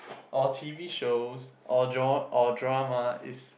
or t_v shows or dr~ or dramas is